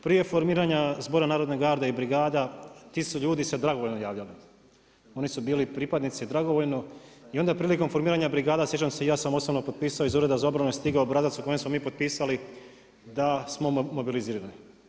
Prije formiranja Zbora narodne garde i brigada ti su se ljudi dragovoljno javljali, oni su bili pripadnici dragovoljno i onda je prilikom formiranja brigada sjećam se i ja sam osobno potpisao iz Ureda za obranu je stigao obrazac u kojem smo mi potpisali da smo mobilizirani.